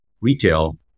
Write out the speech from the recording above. retail